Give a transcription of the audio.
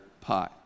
pi